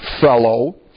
fellow